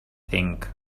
think